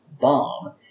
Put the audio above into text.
bomb